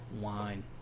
wine